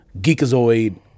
Geekazoid